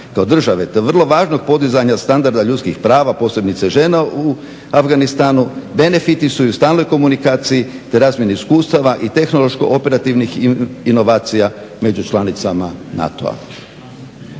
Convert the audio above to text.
kao države te vrlo važnog podizanja standarda ljudskih prava, posebice žena u Afganistanu, benefiti su i u stalnoj komunikaciji te razmjeni iskustava i tehnološko-operativnih inovacija među članicama NATO-a.